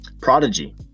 Prodigy